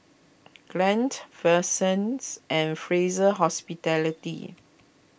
Glade Versace and Fraser Hospitality